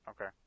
Okay